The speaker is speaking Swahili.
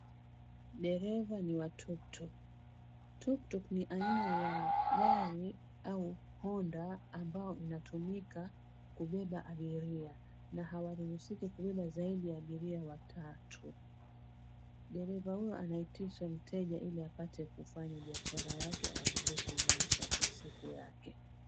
Dereva ni wa tuktuk. tuktuk ni aina ya gari au honda ambayo inatumika kubeba abiria na hawaruhusiki kubeba zaidi ya abiria watatu. Dereva huyu anaitisha mteja ili apate kufanya biashara yake aendeshe maisha ya siku yake.